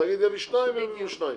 התאגיד יביא 2 מיליון הם יביאו 2 מיליון.